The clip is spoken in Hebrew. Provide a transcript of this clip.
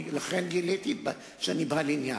לכן גיליתי שאני בעל עניין.